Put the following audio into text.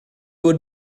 would